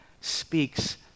speaks